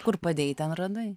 kur padėjai ten radai